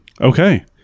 Okay